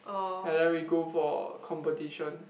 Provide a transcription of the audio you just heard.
and then we go for competition